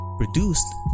produced